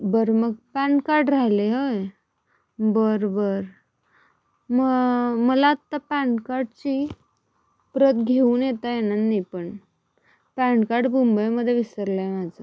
बरं मग पॅनकार्ड राहिलय होय बरं बरं म मला आत्ता पॅनकार्डची प्रत घेऊन येता येणार नाही पण पॅनकार्ड मुंबईमध्ये विसरलंय माझं